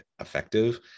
effective